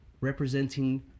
representing